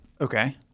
Okay